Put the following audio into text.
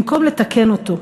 במקום לתקן אותו,